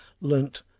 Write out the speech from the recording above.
learnt